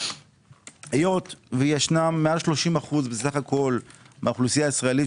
היות שיש למעלה מ-32% מסך כל האוכלוסייה הישראלית